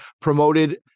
promoted